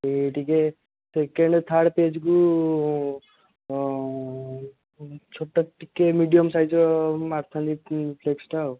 ସିଏ ଟିକେ second third ପେଜ୍କୁ ଛୋଟ ଟିକେ ମିଡିୟମ୍ ସାଇଜ୍ର ମାରିଥାନ୍ତି ଫ୍ଲେକ୍ସ୍ଟା ଆଉ